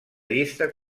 llista